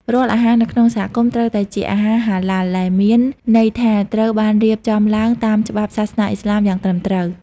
រាល់អាហារនៅក្នុងសហគមន៍ត្រូវតែជាអាហារ "ហាឡាល" ដែលមានន័យថាត្រូវបានរៀបចំឡើងតាមច្បាប់សាសនាឥស្លាមយ៉ាងត្រឹមត្រូវ។